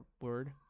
word